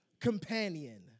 companion